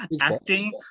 acting